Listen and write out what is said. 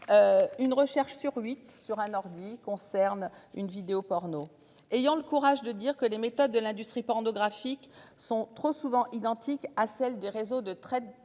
Une recherche sur huit sur un ordi concernent une vidéo porno ayant le courage de dire que les méthodes de l'industrie pornographique sont trop souvent identiques à celles des réseaux de traite